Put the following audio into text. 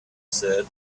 said